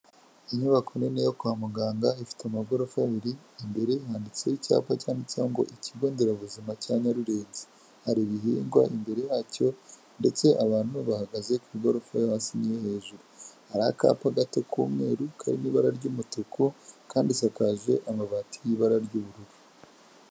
Inyubako nini yo kwa muganga ifite amagorofa abiri imbere handitseho icyapa cyandi cyangwa ikigo nderabuzima cya Nyarurenzi, hari ibihingwa imbere yacyo ndetse abantu bahagaze ku igorofa hasi n'iyo hejuru hari akapa gato k'umweru kari mu ibara ry'umutuku kandi isakaje amabati y'ibara ry'ubururu.